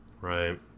Right